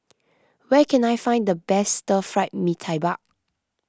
where can I find the best Stir Fried Mee Tai Mak